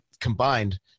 combined